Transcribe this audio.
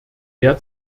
der